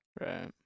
Right